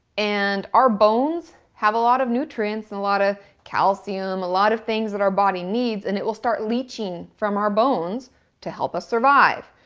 and our bones have a lot of nutrients. and a lot of calcium, a lot of things that our body needs and it will start leeching from our bones to help us survive.